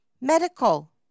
Medical